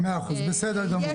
בסדר גמור.